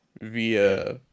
via